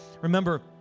remember